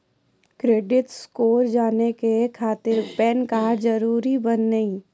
Credit score जाने के खातिर पैन कार्ड जरूरी बानी?